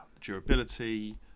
durability